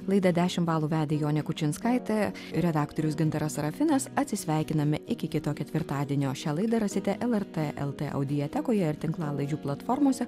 laidą dešimt balų vedė jonė kučinskaitė redaktorius gintaras sarafinas atsisveikiname iki kito ketvirtadienio šią laidą rasite lrt el t audiotekoje ir tinklalaidžių platformose